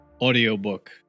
audiobook